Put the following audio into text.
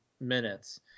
minutes